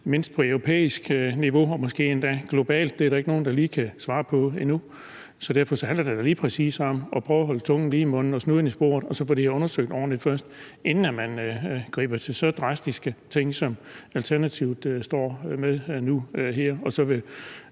mindst europæisk niveau og måske endda på globalt niveau – det er der ikke nogen der lige kan svare på endnu. Derfor handler det da lige præcis om at prøve at holde tungen lige i munden og snuden i sporet og få det ordentligt undersøgt, inden man griber til så drastiske ting, som Alternativet foreslår nu her,